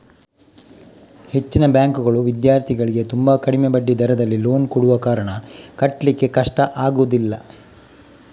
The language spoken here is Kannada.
ಹೆಚ್ಚಿನ ಬ್ಯಾಂಕುಗಳು ವಿದ್ಯಾರ್ಥಿಗಳಿಗೆ ತುಂಬಾ ಕಡಿಮೆ ಬಡ್ಡಿ ದರದಲ್ಲಿ ಲೋನ್ ಕೊಡುವ ಕಾರಣ ಕಟ್ಲಿಕ್ಕೆ ಕಷ್ಟ ಆಗುದಿಲ್ಲ